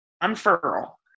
unfurl